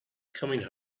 coming